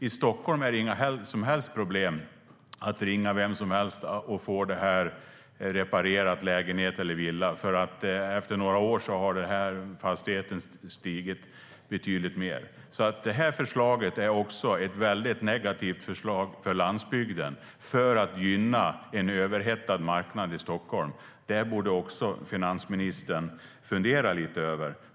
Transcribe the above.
I Stockholm är det inga som helst problem att ringa vem som helst och få lägenheten eller villan reparerad, för efter några år har fastighetens värde ökat betydligt mer. Det här förslaget är därför ett väldigt negativt förslag för landsbygden och gynnar i stället en överhettad marknad i Stockholm. Det borde också finansministern fundera lite över.